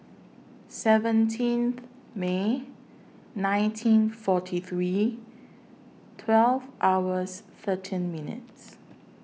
seventeenth May nineteen forty three twelve hours thirteen minutes